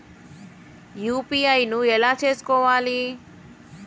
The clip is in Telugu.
యూ.పీ.ఐ ను ఎలా చేస్కోవాలి?